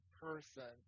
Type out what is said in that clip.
person